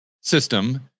system